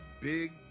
big